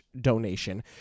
donation